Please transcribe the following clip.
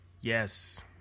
Yes